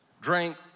drank